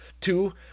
two